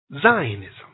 zionism